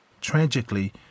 Tragically